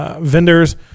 Vendors